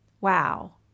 Wow